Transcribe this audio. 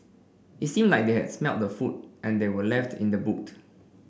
it seemed like they had smelt the food and they were left in the boot